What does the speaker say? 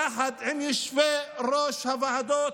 יחד עם יושבי-ראש הוועדות,